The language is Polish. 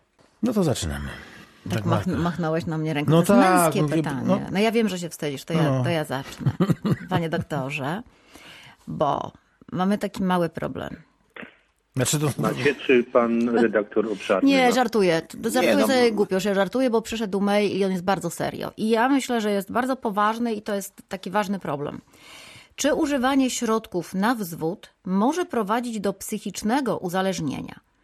No to zaczynamy. Tak Tak, mach- walka. machnąłeś na mnie ręką. No To jest tak, męskie mówię, no- pytanie. No ja wiem, że się wstydzisz, to ja- No. to ja zacznę. Panie doktorze, bo mamy taki mały problem. Znaczy to- Macie, czy pan redaktor obszarny, Nie, no? żartuję. Żartuję Nie, no. sobie głupio, że żartuję, bo przyszedł mail i on jest bardzo serio. I ja myślę, że jest bardzo poważny i to jest taki ważny problem. Czy używanie środków na wzwód może prowadzić do psychicznego uzależnienia?